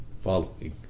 following